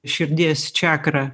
širdies čakrą